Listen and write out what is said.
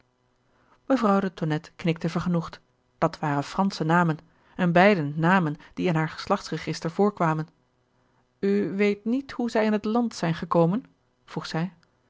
mevrouw de tonnette knikte vergenoegd dat waren fransche namen en beiden namen die in haar geslachts register voorkwamen u weet niet hoe zij in het land zijn gekomen vroeg zij